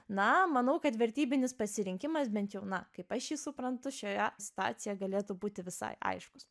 na manau kad vertybinis pasirinkimas bent jau na kaip aš jį suprantu šioje situacijoje galėtų būti visai aiškus